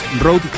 Road